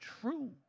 true